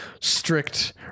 strict